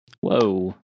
Whoa